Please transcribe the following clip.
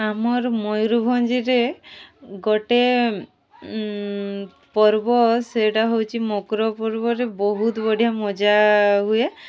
ଆମର୍ ମୟୂରଭଞ୍ଜରେ ଗୋଟେ ପର୍ବ ସେଇଟା ହେଉଛି ମକର ପର୍ବରେ ବହୁତ୍ ବଢ଼ିଆ ମଜା ହୁଏ